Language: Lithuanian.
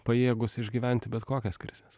pajėgūs išgyventi bet kokias krizes